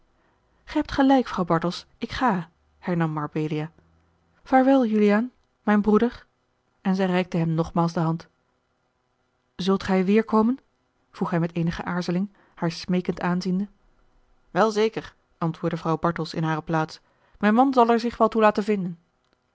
gij hebt gelijk vrouw bartels ik ga hernam mabelia vaarwel juliaan mijn broeder en zij reikte hem nogmaals de hand zult gij weêrkomen vroeg hij met eenige aarzeling haar smeekend aanziende wel zeker antwoordde vrouw bartels in hare plaats mijn man zal er zich wel toe laten vinden